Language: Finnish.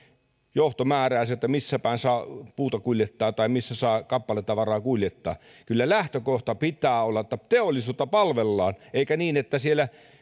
johto määräisi missä päin saa puuta kuljettaa tai missä saa kappaletavaraa kuljettaa kyllä lähtökohdan pitää olla että teollisuutta palvellaan eikä niin että kun